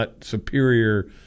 superior